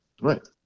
Right